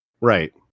Right